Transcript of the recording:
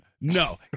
No